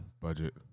budget